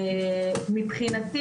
מבחינתי,